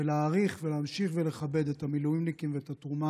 להעריך ולהמשיך ולכבד את המילואימניקים ואת התרומה